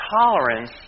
Tolerance